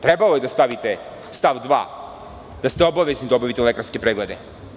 Trebalo je da stavite stav 2. da ste obavezni da obavite lekarske preglede?